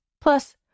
Plus